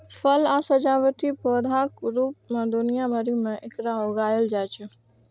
फल आ सजावटी पौधाक रूप मे दुनिया भरि मे एकरा उगायल जाइ छै